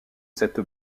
cette